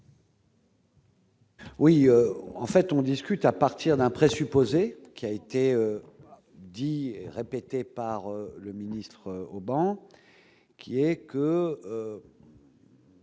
Oui, en fait, on discute à partir d'un présupposé qui a été dit et répété par le ministre au banc qui est que.